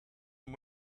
and